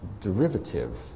derivative